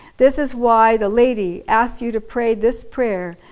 this is why the lady asks you to pray this prayer.